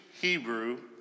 Hebrew